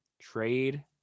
Trade